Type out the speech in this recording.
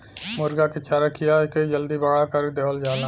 मुरगा के चारा खिया के जल्दी बड़ा कर देवल जाला